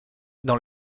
dans